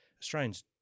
Australians